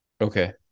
Okay